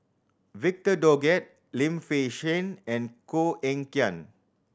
Victor Doggett Lim Fei Shen and Koh Eng Kian